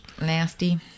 Nasty